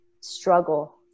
struggle